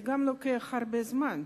זה גם לוקח הרבה זמן,